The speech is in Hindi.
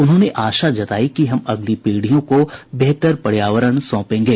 उन्होंने आशा जतायी की हम अगली पीढ़ियों को बेहतर पर्यावरण सौंपेंगे